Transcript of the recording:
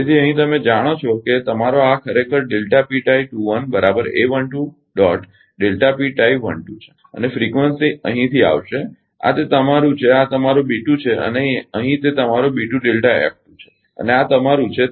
તેથી અહીં તમે જાણો છો કે તમારો આ ખરેખર છે અને ફ્રીકવંસી અહીંથી આવશે આ તે તમારું છે આ તમારો છે અને અહીં તે તમારો છે અને આ તમારું છે